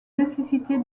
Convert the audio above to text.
nécessiter